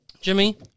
Jimmy